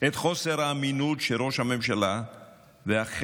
את חוסר האמינות של ראש הממשלה והחבר'ה,